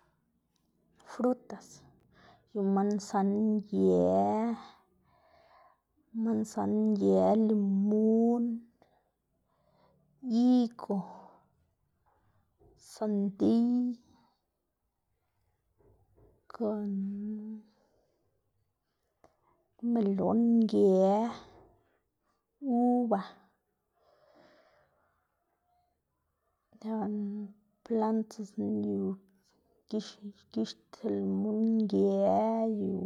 frutas yu mansan nge, mansan nge, limun, igo, sandiy gana melon nge, uba. Plantasna yu gix gix telemun nge, yu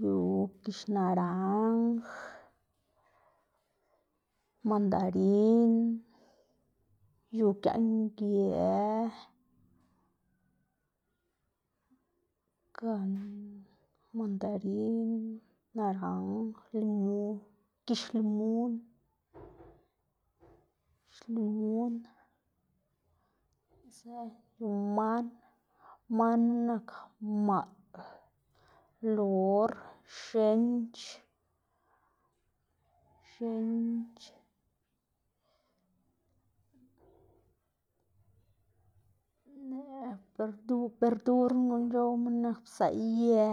yu gix naranj, mandarin, yu gia' nge gana mandarin, naranj, limun, gix limun, gix limun, yu man manna nak ma'l, lor, x̱enc̲h̲, x̱enc̲h̲. Lëꞌ berdu- berdurna guꞌn c̲h̲owma nak pzaꞌye,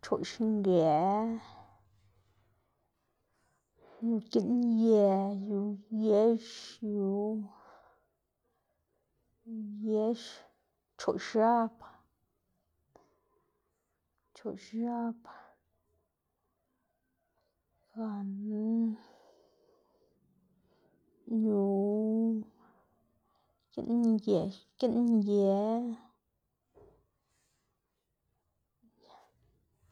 pchoꞌx nge, giꞌnye yu yex yu yex, pchoꞌx̱ab pchoꞌx̱ab gana yu giꞌnye, giꞌn nge.